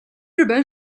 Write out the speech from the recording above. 日本